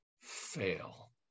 fail